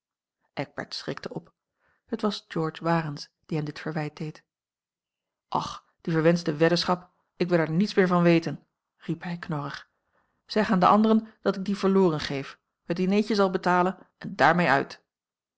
eckbert schrikte op het was george warens die hem dit verwijt deed a l g bosboom-toussaint langs een omweg och die verwenschte weddenschap ik wil er niets meer van weten riep hij knorrig zeg aan de anderen dat ik die verloren geef het dineetje zal betalen en daarmee uit